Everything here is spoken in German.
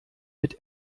mit